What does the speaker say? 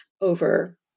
over